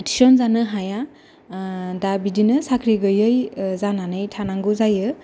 थिसनजानो हाया दा बिदिनो साख्रि गैयै जानानै थानांगौ जायो